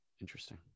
interesting